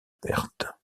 pertes